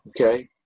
okay